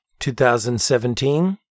2017